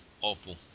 awful